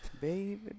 baby